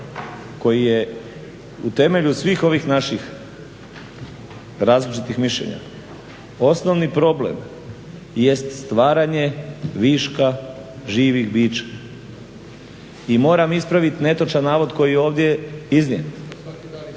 koji je u temelju svih ovih naših različitih mišljenja osnovni problem jest stvaranje viška živih bića. I moram ispraviti netočan navod koji je ovdje iznijet,